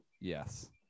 Yes